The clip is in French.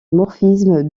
morphisme